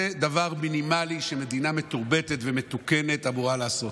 זה דבר מינימלי שמדינה מתורבתת ומתוקנת אמורה לעשות.